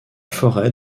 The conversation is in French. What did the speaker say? forêt